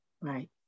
Right